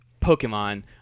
pokemon